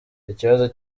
ikibazo